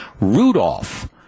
Rudolph